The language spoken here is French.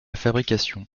fabrication